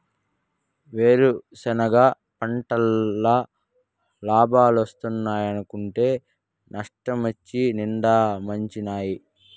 వేరుసెనగ పంటల్ల లాబాలోస్తాయనుకుంటే నష్టమొచ్చి నిండా ముంచినాయి